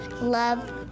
love